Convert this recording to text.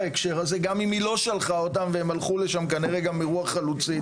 אם היא לא שלחה אותם והם הלכו לשם מרוח חלוצית.